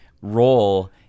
role